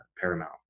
paramount